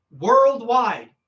worldwide